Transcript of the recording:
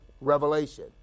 revelation